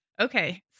Okay